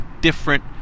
different